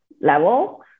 level